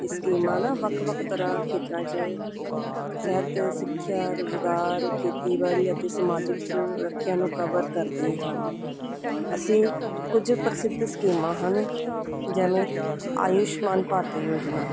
ਇਹ ਸਕੀਮਾਂ ਨਾ ਵੱਖ ਵੱਖ ਤਰ੍ਹਾਂ ਖੇਤਰਾਂ 'ਚ ਸਿਹਤ ਸਿੱਖਿਆ ਰੁਜ਼ਗਾਰ ਖੇਤੀਬਾੜੀ ਅਤੇ ਸਮਾਜਿਕ ਸੁਰੱਖਿਆ ਨੂੰ ਕਵਰ ਕਰਦੇ ਹਨ ਅਸੀਂ ਕੁਝ ਪ੍ਰਸਿੱਧ ਸਕੀਮਾਂ ਹਨ ਜਿਵੇਂ ਆਯੁਸ਼ਮਾਨ ਭਾਰਤ ਯੋਜਨਾ